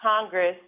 Congress